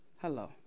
Hello